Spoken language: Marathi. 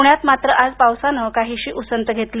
पुण्यात मात्र आज पावसानं काहीशी उसंत घेतली